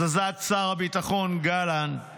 הזזת שר הביטחון גלנט